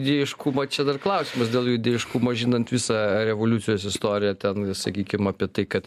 idėjiškumo čia dar klausimas dėl jų idėjiškumo žinant visą revoliucijos istoriją ten sakykim apie tai kad